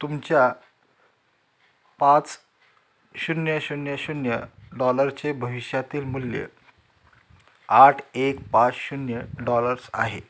तुमच्या पाच शून्य शून्य शून्य डॉलरचे भविष्यातील मूल्य आठ एक पाच शून्य डॉलर्स आहे